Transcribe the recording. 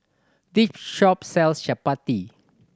this shop sells Chapati